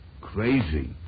Crazy